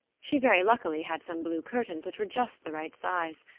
she very luckily had some blue curtains which were just the right size.